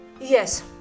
Yes